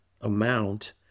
amount